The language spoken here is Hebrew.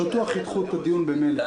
הם בטוח ידחו את הדיון ממילא.